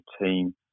team